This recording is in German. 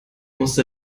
musste